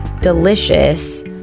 Delicious